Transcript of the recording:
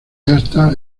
hasta